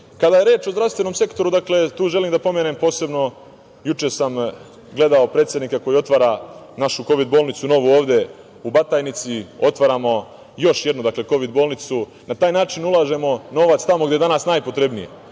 nas. Kada je reč o zdravstvenom sektoru, tu želim posebno da pomenem, juče sam gledao predsednika koji otvara našu Kovid bolnicu novu, ovde u Batajnici, otvaramo još jednu Kovid bolnicu. Na taj način ulažemo novac tamo gde je danas najpotrebniji,